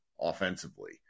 offensively